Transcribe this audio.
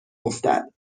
افتد